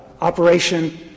operation